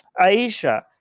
Aisha